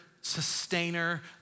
sustainer